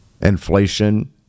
inflation